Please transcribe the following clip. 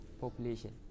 population